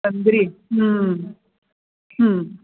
तंद्री